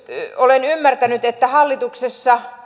olen ymmärtänyt että hallituksessa